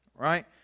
right